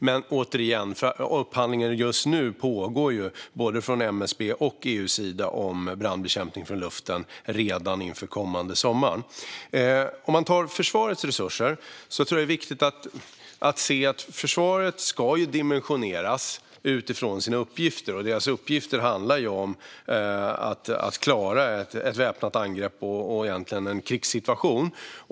Men återigen: Upphandlingar pågår just nu, från både MSB:s och EU:s sida, om brandbekämpning från luften redan inför den kommande sommaren. Vad gäller försvarets resurser tror jag att det är viktigt att se att försvaret ska dimensioneras utifrån sina uppgifter. Deras uppgifter handlar ju om att klara ett väpnat angrepp och en krigssituation.